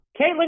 Caitlin